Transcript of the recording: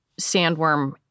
Sandworm